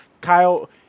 Kyle